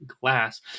Glass